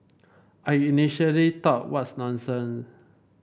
I initially thought what nonsen